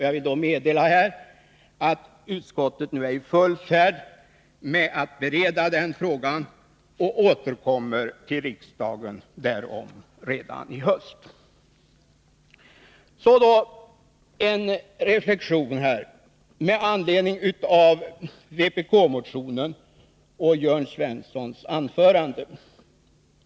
Jag vill då meddela här att utskottet nu är i färd med att bereda den frågan och återkommer till riksdagen därom redan i höst. Så en reflexion med anledning av vpk-motionen och Jörn Svenssons anförande.